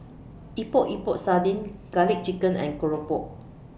Epok Epok Sardin Garlic Chicken and Keropok